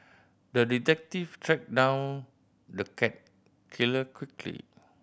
the detective tracked down the cat killer quickly